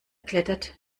klettert